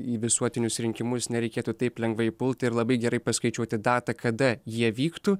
į visuotinius rinkimus nereikėtų taip lengvai pult ir labai gerai paskaičiuoti datą kada jie vyktų